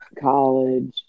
college